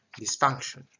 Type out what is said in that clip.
dysfunction